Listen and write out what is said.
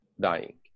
dying